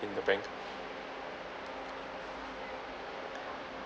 in the bank